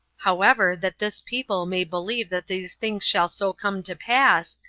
however, that this people may believe that these things shall so come to pass,